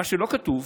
מה שלא כתוב